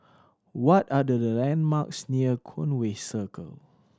what are the landmarks near Conway Circle